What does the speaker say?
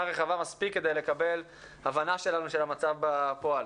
רחבה מספיק כדי לקבל הבנה שלנו של המצב בפועל.